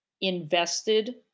invested